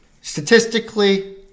Statistically